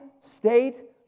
state